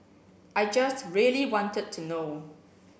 I just really wanted to know